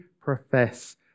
profess